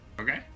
Okay